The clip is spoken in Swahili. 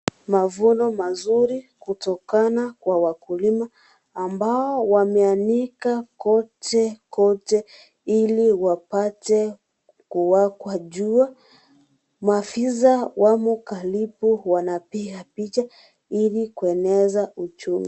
Mavuno mazuri kutokana kwa wakulima ambao wameanika kote kote ili wapate kuwakwa jua, maafisa wamo karibu wanapiga picha ili kueneza uchumi.